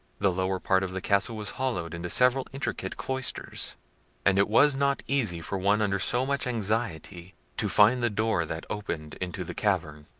the lower part of the castle was hollowed into several intricate cloisters and it was not easy for one under so much anxiety to find the door that opened into the cavern.